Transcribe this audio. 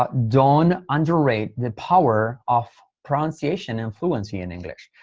ah don't underrate the power of pronunciation and fluency in english.